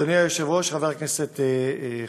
אדוני היושב-ראש, חבר הכנסת חנין,